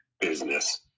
business